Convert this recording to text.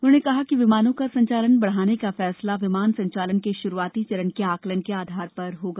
उन्होंने कहा कि विमानों का संचालन बढ़ाने का फैसला विमान संचालन के शुरूआती चरण के आंकलन के आधार पर होगा